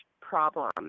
problem